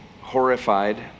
horrified